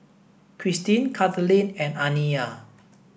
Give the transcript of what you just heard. Christine Kathaleen and Aniya